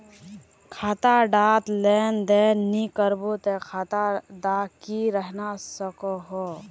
खाता डात लेन देन नि करबो ते खाता दा की रहना सकोहो?